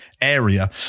area